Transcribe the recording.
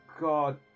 God